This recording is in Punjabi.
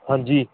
ਹਾਂਜੀ